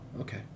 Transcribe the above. okay